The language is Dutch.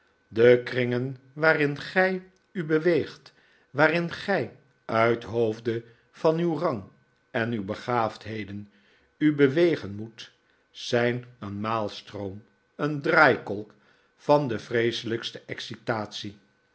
de kringen waarin gij u beweegt waarin gij uit hoofde van uw rang en uw begaafdheden u bewegen moet zijn een maalstroom een draaikolk van de vreeselijkste